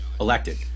elected